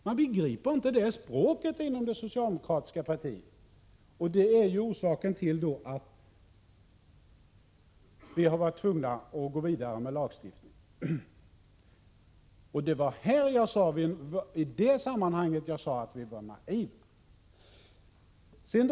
Man begriper inom det socialdemokratiska partiet inte det språket, och detta är orsaken till att vi varit tvungna att gå vidare med kravet på lagstiftning. Det var i det sammanhanget som jag sade att vi hade varit naiva.